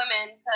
women